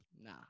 Nah